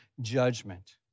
judgment